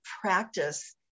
practice